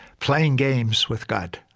playing games with god.